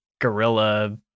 guerrilla